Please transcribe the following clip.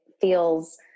feels